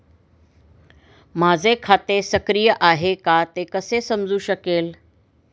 माझे खाते सक्रिय आहे का ते कसे समजू शकेल?